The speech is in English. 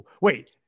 Wait